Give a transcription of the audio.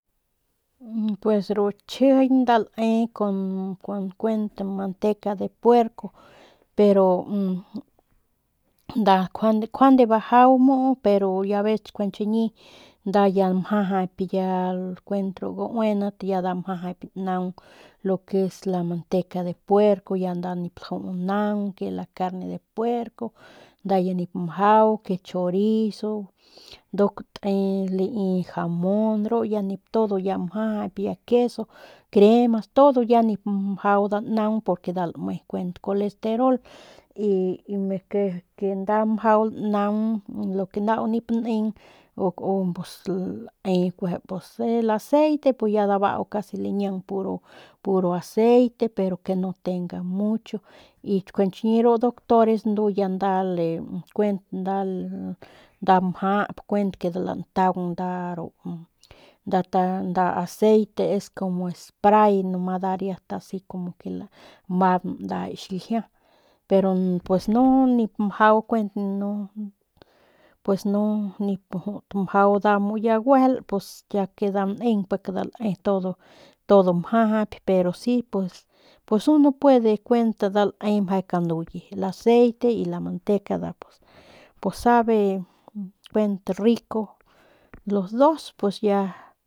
Pues ru chjijiñ nda lae kun kuent manteca de puerco pero nda kjuende bajau mu u pero ya vez njuande chiñi nda ya mjajap kuent ru gaundat nda ya mjajap naung lo que es la manteca de puerco, ya nda nip lajuu naung y la carne de puerco nda ya nip mjau que chorizo nduk te lai jamon ru ya todo mjajap ya el queso crema pues todo ya nip mjau nda naung porque nda lame kuent colesterol y nik nda mjau naung el que nau nip neng pues u lae pus el aceite pus ya dabau kueje ya ndaja lañaung puro aceite pero que no tenga mucho y juande chiñi ru doctores ndu ya nda kuent nda mjap kuent nda lantaung nda nda aceite es como es espray lamang nomas biu ki xiljia pero pues no nip mjau kuent no pues no nip mjau pus ya muu guejel nip laju u pus ya nda neng pus pik nda le todo mjajap pero pus uno puede ne meje kanuye el aceite y la manteca nda pues sabe kuent rico los dos pues ya.